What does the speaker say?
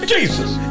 Jesus